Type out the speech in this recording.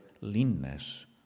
leanness